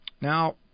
Now